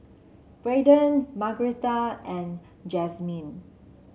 Braden Margretta and Jazmyn